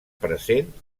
present